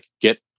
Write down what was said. get